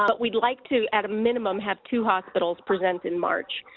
but we'd like to, at a minimum, have two hospitals present in march,